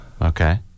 Okay